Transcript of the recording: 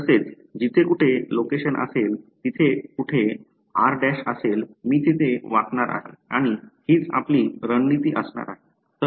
तसेच जिथे कुठे लोकेशन असेल जिथे कुठे r' असेल मी तिथे वाकणार आहे आणि हीच आपली रणनीती असणार आहे